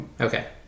Okay